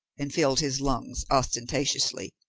and filled his lungs ostentatiously,